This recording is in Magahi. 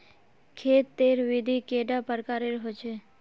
खेत तेर विधि कैडा प्रकारेर होचे?